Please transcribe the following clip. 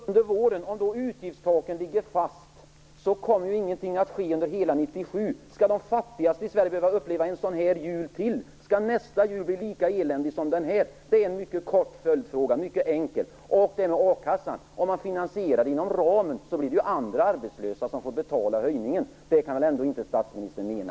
Herr talman! "Under våren", säger statsministern. Om då utgiftstaket ligger fast kommer ju ingenting att ske under hela 1997. Skall de fattigaste i Sverige behöva uppleva en sådan här jul till? Skall nästa jul bli lika eländig som den här? Det är en mycket kort och enkel följdfråga. Om höjningen av a-kassan finansieras inom ramen blir det ju andra arbetslösa som får betala den. Det kan väl statsministern ändå inte mena?